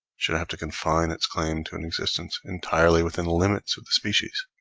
should have to confine its claim to an existence entirely within the limits of the species,